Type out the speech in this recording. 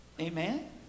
Amen